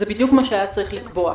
זה בדיוק מה שהיה צריך לקבוע.